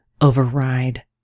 override